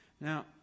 Now